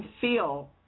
feel